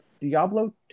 Diablo